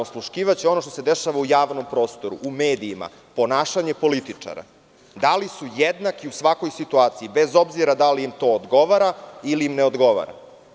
Osluškivaće ono što se dešava u javnom prostoru, u medijima, ponašanje političara, da li su jednaki u svakoj situaciji, bez obzira da li im to odgovara ili im ne odgovara.